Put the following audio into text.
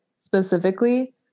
specifically